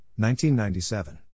1997